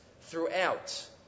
throughout